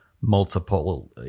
multiple